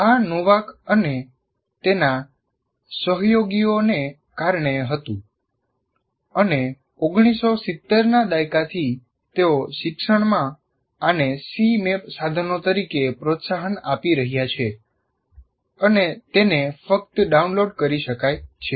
આ નોવાક અને તેના સહયોગીઓને કારણે હતું અને 1970 ના દાયકાથી તેઓ શિક્ષણમાં આને સી મેપ સાધનો તરીકે પ્રોત્સાહન આપી રહ્યા છે અને તેને મફત ડાઉનલોડ કરી શકાય છે